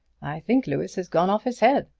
i think louis has gone off his head.